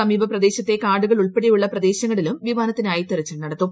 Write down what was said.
സമീപ പ്രദേശത്തെ കാട്ടുകൾ ഉൾപ്പെടെയുള്ള ഉൾപ്രദേശങ്ങളിലും വിമാനത്തിനായി തിരച്ചിൽ നടത്തും